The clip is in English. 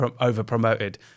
over-promoted